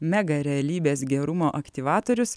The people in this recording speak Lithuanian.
megarealybės gerumo aktyvatorius